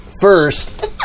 first